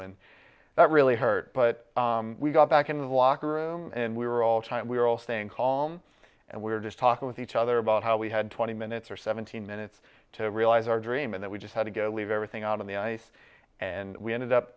and that really hurt but we got back in the locker room and we were all trying to we were all staying calm and we were just talking with each other about how we had twenty minutes or seventeen minutes to realize our dream and then we just had to go leave everything out on the ice and we ended up